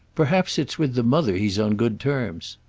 perhaps it's with the mother he's on good terms.